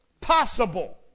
possible